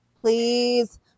please